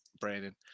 Brandon